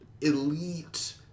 elite